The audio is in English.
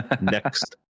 Next